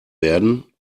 werden